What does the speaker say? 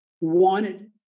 wanted